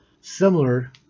similar